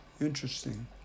Interesting